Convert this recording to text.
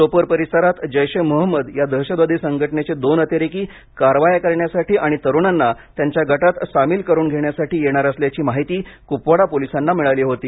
सोपोर परिसरात जैश ए मोहम्मद या दहशतवादी संघटनेचे दोन अतिरेकी कारवाया करण्यासाठी आणि तरुणांना त्यांच्या गटात सामील करून घेण्यासाठी येणार असल्याची माहिती कुपवाडा पोलिसांना मिळाली होती